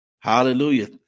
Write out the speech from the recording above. Hallelujah